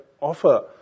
offer